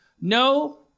no